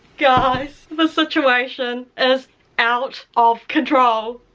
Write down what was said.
guys the situation is out of control.